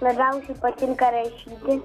labiausiai patinka rašyti